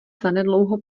zanedlouho